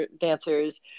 dancers